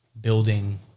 building